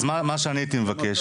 אז מה שאני הייתי מבקש,